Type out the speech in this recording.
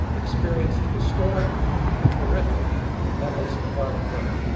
experienced historic and horrific levels of violent crime.